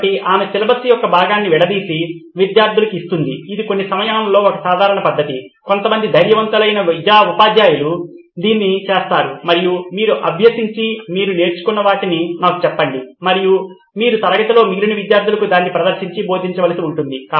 కాబట్టి ఆమె సిలబస్ యొక్క భాగాన్ని విడదీసి విద్యార్థులకు ఇస్తుంది ఇది కొన్ని విషయాలలో ఒక సాధారణ పద్ధతి కొంతమంది ధైర్యవంతులైన ఉపాధ్యాయులు దీన్ని చేస్తారు మరియు మీరు అభ్యసించి మీరు నేర్చుకున్న వాటిని నాకు చెప్పండి మరియు మీరు తరగతిలో మిగిలిన విద్యార్థులకు దాన్ని ప్రదర్శించి బోధించవలసి ఉంటుంది